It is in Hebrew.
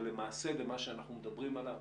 אבל למעשה בנושא שאנחנו מדברים עליו,